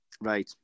Right